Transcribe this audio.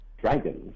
dragons